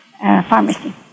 pharmacy